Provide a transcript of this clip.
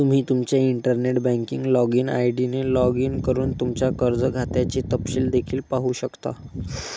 तुम्ही तुमच्या internet banking login ID ने लॉग इन करून तुमच्या कर्ज खात्याचे तपशील देखील पाहू शकता